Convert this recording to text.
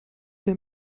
der